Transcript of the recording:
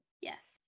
yes